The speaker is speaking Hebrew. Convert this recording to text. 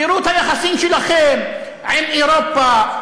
תראו את היחסים שלכם עם אירופה,